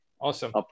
awesome